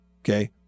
Okay